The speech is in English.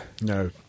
No